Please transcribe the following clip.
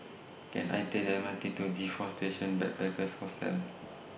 Can I Take The M R T to G four Station Backpackers Hostel